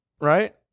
right